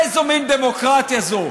איזו מין דמוקרטיה זו?